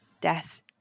death